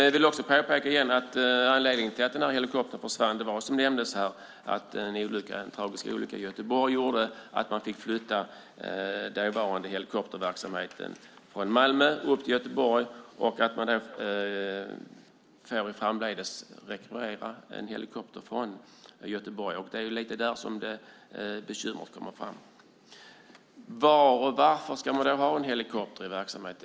Jag vill återigen påpeka att anledningen till att helikoptern i Skåne försvann var en tragisk olycka i Göteborg som gjorde att man fick flytta den dåvarande helikopterverksamheten i Malmö till Göteborg, så framdeles får man rekvirera helikopter från Göteborg. Det är lite grann det som är bekymret. Var och varför ska man ha en helikopterverksamhet?